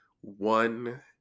one